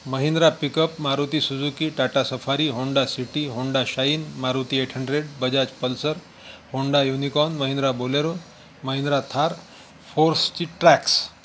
Mahindra pickup Maruti Suzuki Tata Safari Honda City Honda Shine Maruti eight hundred Bajaj Pulsar Honda Unicorn Mahindra Bolero Mahindra Thar फोर्सची tracks